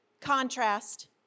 contrast